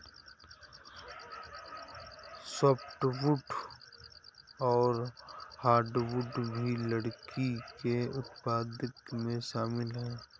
softwood और hardwood भी लकड़ी के उत्पादन में शामिल है